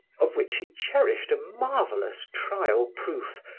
of which he cherished a marvelous trial proof,